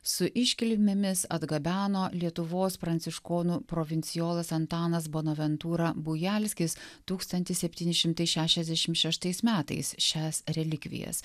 su iškilmėmis atgabeno lietuvos pranciškonų provincijolas antanas bonaventūra bujalskis tūkstantis septyni šimtai šešiasdešim šeštais metais šias relikvijas